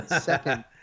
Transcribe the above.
Second